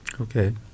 Okay